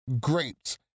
grapes